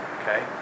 Okay